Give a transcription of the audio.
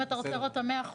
אם אתה רוצה לראות את ה-100%,